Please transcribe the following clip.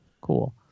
cool